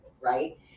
right